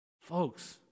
Folks